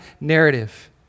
narrative